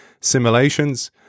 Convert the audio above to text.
simulations